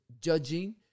judging